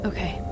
Okay